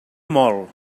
mol